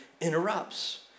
interrupts